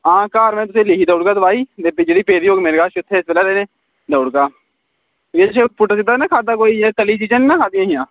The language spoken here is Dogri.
हां घर में लिखी देई ओड़गा में दुआई ते जेह्ड़ी पेदी होग मेरे कश उत्थै उस बेल्ले देई ओड़गा इ'यां कोई पुट्ठा सिद्धा नेईं ना खाद्धा कोई जां तली दियां चीजां ते नेई खाद्धियां हियां